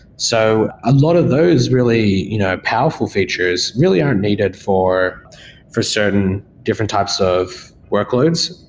so, a lot of those really you know powerful features really are needed for for certain different types of workloads,